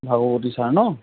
ভাগৱতী sir নহ্